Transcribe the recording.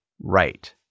right